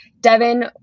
Devin